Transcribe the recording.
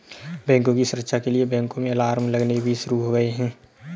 बैंकों की सुरक्षा के लिए बैंकों में अलार्म लगने भी शुरू हो गए हैं